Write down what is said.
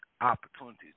opportunities